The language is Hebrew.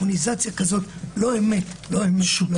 דמוניזציה כזאת, לא אמת, לא אמת.